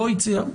לא הצליח?